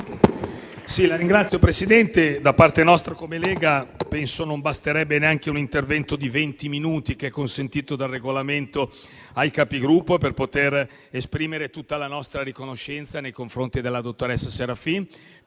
Signor Presidente, da parte nostra, come Lega, penso non basterebbe neanche un intervento di venti minuti, come consentito dal Regolamento ai Capigruppo, per poter esprimere tutta la nostra riconoscenza nei confronti della dottoressa Serafin